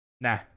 Nah